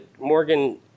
Morgan